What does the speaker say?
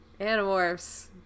Animorphs